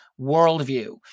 worldview